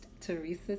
Teresa